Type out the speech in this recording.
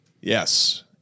Yes